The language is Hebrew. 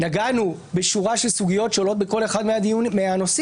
נגענו בשורה של סוגיות שעולות בכל אחד מהנושאים,